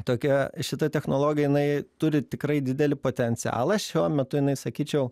tokia šita technologija jinai turi tikrai didelį potencialą šiuo metu jinai sakyčiau